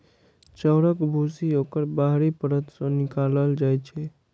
चाउरक भूसी ओकर बाहरी परत सं निकालल जाइ छै